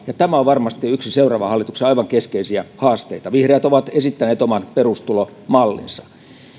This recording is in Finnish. ja tämä on varmasti yksi seuraavan hallituksen aivan keskeisiä haasteita vihreät ovat esittäneet oman perustulomallinsa